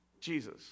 Jesus